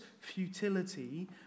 futility